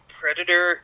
predator